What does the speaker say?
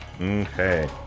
Okay